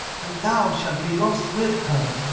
and thou shalt be lost with her